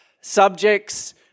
Subjects